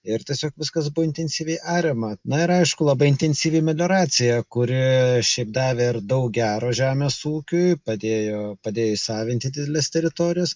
ir tiesiog viskas buvo intensyviai ariama na ir aišku labai intensyvi melioracija kuri šiaip davė ir daug gero žemės ūkiui padėjo padėjo įsavinti dideles teritorijas